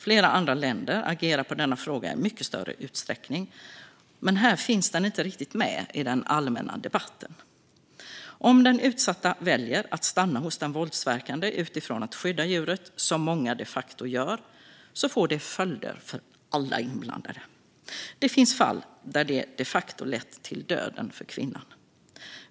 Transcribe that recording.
Flera andra länder agerar på denna fråga i mycket större utsträckning, men här finns den inte riktigt med i den allmänna debatten. Om den utsatta väljer att stanna hos den våldsverkande utifrån att skydda djuret, som många de facto gör, får det följder för alla inblandade. Det finns fall där det de facto lett till döden för kvinnan.